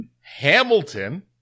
Hamilton